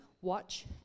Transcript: watch